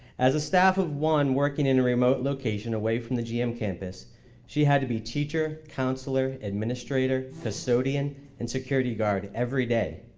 as a staff of one, working in a remote location away from the gm campus she had to be teacher, counselor, administrator, custodian and security guard every day.